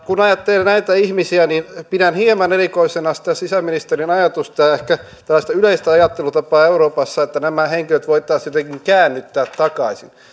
kun ajattelee näitä ihmisiä niin pidän hieman erikoisena sitä sisäministeriön ajatusta ehkä tällaista yleistä ajattelutapaa euroopassa että nämä henkilöt voitaisiin jotenkin käännyttää takaisin